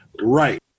right